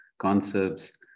concepts